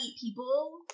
people